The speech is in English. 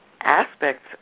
aspects